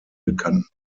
bekannten